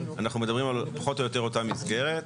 אנחנו מדברים פחות או יותר על אותה מסגרת,